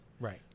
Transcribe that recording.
Right